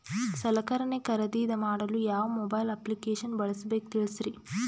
ಸಲಕರಣೆ ಖರದಿದ ಮಾಡಲು ಯಾವ ಮೊಬೈಲ್ ಅಪ್ಲಿಕೇಶನ್ ಬಳಸಬೇಕ ತಿಲ್ಸರಿ?